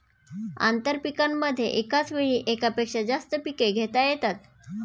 आंतरपीकांमध्ये एकाच वेळी एकापेक्षा जास्त पिके घेता येतात